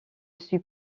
suis